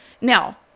Now